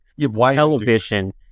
television